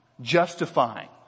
justifying